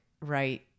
right